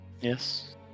Yes